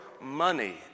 money